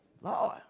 Lord